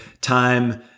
time